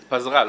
התפזרה.